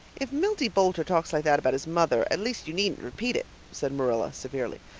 if milty boulter talks like that about his mother at least you needn't repeat it, said marilla severely.